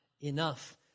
enough